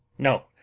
no!